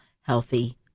healthy